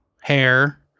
hair